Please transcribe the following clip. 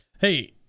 Hey